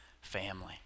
family